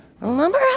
Remember